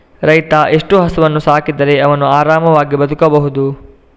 ರೈತ ಎಷ್ಟು ಹಸುವನ್ನು ಸಾಕಿದರೆ ಅವನು ಆರಾಮವಾಗಿ ಬದುಕಬಹುದು?